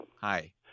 Hi